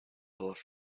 left